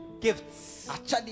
Gifts